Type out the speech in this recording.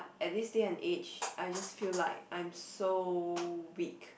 at this day and age I just feel like I'm so weak